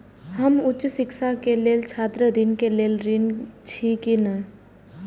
हम उच्च शिक्षा के लेल छात्र ऋण के लेल ऋण छी की ने?